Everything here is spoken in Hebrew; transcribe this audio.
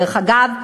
דרך אגב,